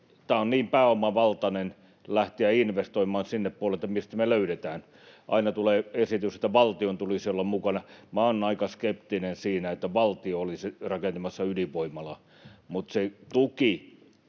tämä on niin pääomavaltainen lähteä investoimaan sinne puolelle, niin mistä me löydetään. Aina tulee esitys, että valtion tulisi olla mukana. Minä olen aika skeptinen siinä, että valtio olisi rakentamassa ydinvoimalaa, mutta siinä